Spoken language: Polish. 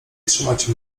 trzymacie